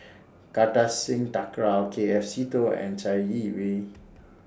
Kartar Singh Thakral K F Seetoh and Chai Yee Wei